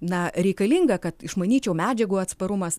na reikalinga kad išmanyčiau medžiagų atsparumas